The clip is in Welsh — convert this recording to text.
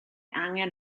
angen